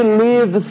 leave